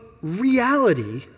reality